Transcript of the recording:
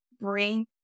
bring